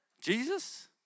Jesus